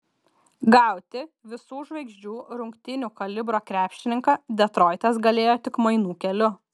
gauti visų žvaigždžių rungtynių kalibro krepšininką detroitas galėjo tik mainų keliu